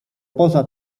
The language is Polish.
poza